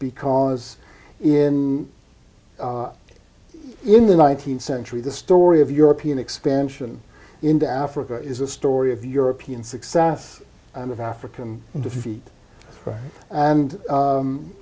because in in the nineteenth century the story of european expansion into africa is a story of european success and of african defeat and